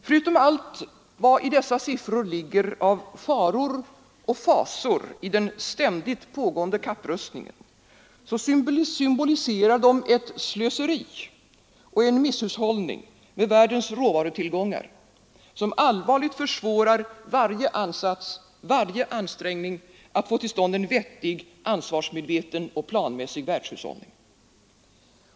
Förutom allt vad i dessa siffror ligger av faror och fasor i den ständigt pågående kapprustningen symboliserar de ett slöseri och en misshushållning med världens råvarutillgångar som allvarligt försvårar varje ansats, varje ansträngning att få till stånd en vettig, ansvarsmedveten och planmässig världshushållning.